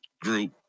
group